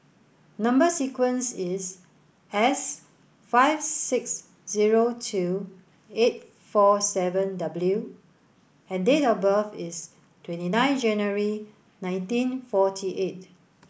number sequence is S five six zero two eight four seven W and date of birth is twenty nine January nineteen forty eight